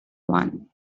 one